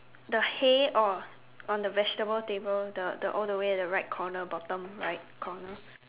the hay or on the vegetable table the the all the way at the right corner bottom right corner